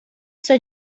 sua